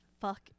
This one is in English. fuck